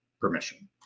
permission